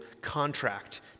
contract